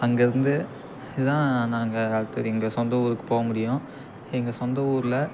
அங்கேருந்து இதான் நாங்கள் அடுத்தது எங்கள் சொந்த ஊருக்கு போக முடியும் எங்கள் சொந்த ஊரில்